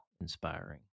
inspiring